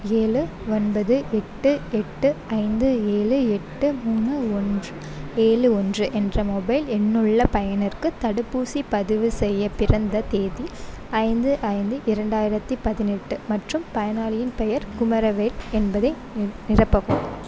ஏழு ஒன்பது எட்டு எட்டு ஐந்து ஏழு எட்டு மூணு ஒன்று ஏழு ஒன்று என்ற மொபைல் எண்ணுள்ள பயனருக்கு தடுப்பூசிப் பதிவு செய்ய பிறந்த தேதி ஐந்து ஐந்து இரண்டாயிரத்து பதினெட்டு மற்றும் பயனாளியின் பெயர் குமரவேல் என்பதை நி நிரப்பவும்